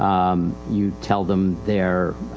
um, you tell them theyire, ah,